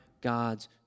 God's